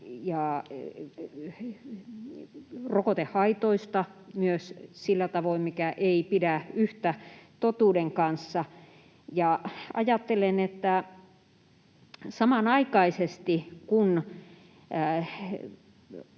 ja rokotehaitoista myös sillä tavoin, mikä ei pidä yhtä totuuden kanssa. Ajattelen, että samanaikaisesti, kun